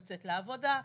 לצאת לעבודה,